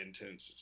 intense